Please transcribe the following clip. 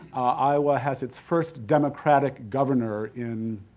iowa has its first democratic governor in,